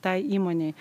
tai įmonei